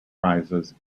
prizes